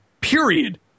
period